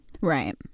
Right